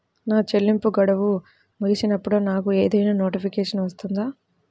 నా చెల్లింపు గడువు ముగిసినప్పుడు నాకు ఏదైనా నోటిఫికేషన్ వస్తుందా?